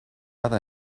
other